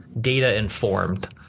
data-informed